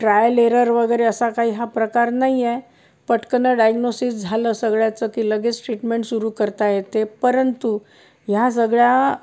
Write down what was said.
trial error वगैरे असा काही हा प्रकार नाही आहे पटकन डायग्नोसिस झालं सगळ्याचं की लगेच ट्रीटमेंट सुरू करता येते परंतु ह्या सगळ्या